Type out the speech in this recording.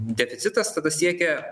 deficitas siekė